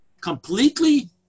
completely